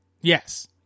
Yes